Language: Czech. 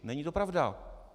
Není to pravda.